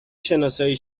شناسایی